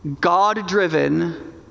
God-driven